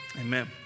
amen